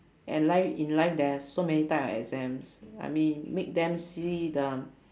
and life in life there are so many type of exams I mean make them see the